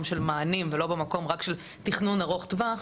של מענים ולא רק במקום של תכנון ארוך טווח,